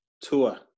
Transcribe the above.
Tua